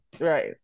Right